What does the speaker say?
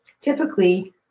Typically